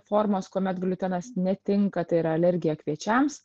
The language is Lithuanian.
formos kuomet gliutenas netinka tai yra alergija kviečiams